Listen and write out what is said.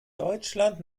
deutschland